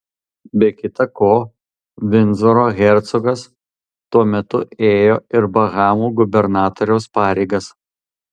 be kita ko vindzoro hercogas tuo metu ėjo ir bahamų gubernatoriaus pareigas